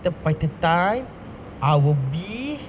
the by the time I will be